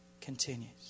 continues